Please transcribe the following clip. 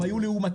הם היו לעומתיים,